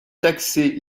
taxer